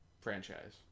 franchise